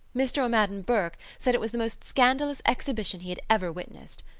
mr. o'madden burke said it was the most scandalous exhibition he had ever witnessed.